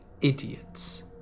idiots